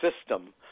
system